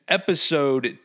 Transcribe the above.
episode